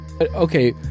Okay